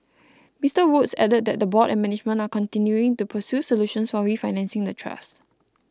Mister Woods added that the board and management are continuing to pursue solutions for refinancing the trust